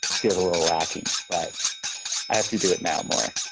feels a little lacking. but i have to do it now more.